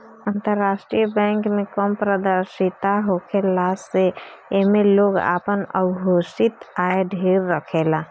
अंतरराष्ट्रीय बैंक में कम पारदर्शिता होखला से एमे लोग आपन अघोषित आय ढेर रखेला